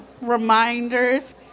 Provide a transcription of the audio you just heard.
reminders